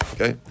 Okay